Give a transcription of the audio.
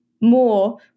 more